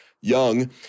young